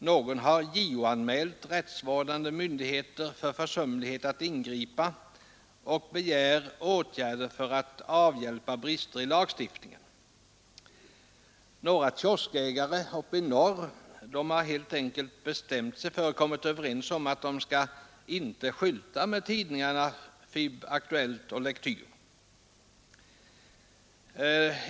Några har JO-anmält rättsvårdande myndigheter för underlåtenhet att ingripa och begärt åtgärder för att avhjälpa brister i lagstiftningen. Några kioskägare uppe i norr har helt enkelt kommit överens om att inte skylta med tidningarna FiB-Aktuellt och Lektyr.